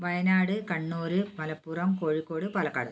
Wayanad Kannur Malappuram Kozhikode Palakkad